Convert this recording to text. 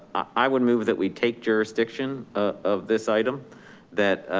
i wouldn't move that. we take jurisdiction of this item that,